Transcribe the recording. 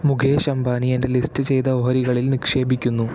മുകേഷ് അംബാനി എന്റെ ലിസ്റ്റ് ചെയ്ത ഓഹരികളിൽ നിക്ഷേപിക്കുന്നു